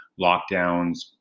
lockdowns